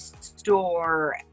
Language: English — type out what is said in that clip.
store